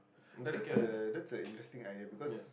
no that's a that's a interesting idea because